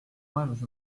maailmas